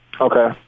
Okay